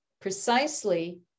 precisely